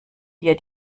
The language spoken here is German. dir